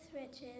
riches